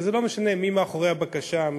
וזה לא משנה מי מאחורי הבקשה,